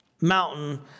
mountain